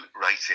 writing